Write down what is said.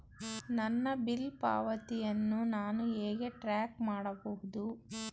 ನನ್ನ ಬಿಲ್ ಪಾವತಿಯನ್ನು ನಾನು ಹೇಗೆ ಟ್ರ್ಯಾಕ್ ಮಾಡಬಹುದು?